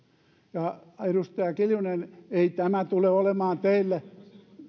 edustaja kiljunen ei tämä tule olemaan teille